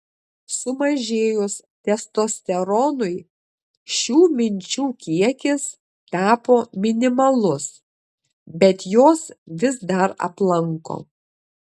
sumažėjus testosteronui šių minčių kiekis tapo minimalus bet jos vis dar aplanko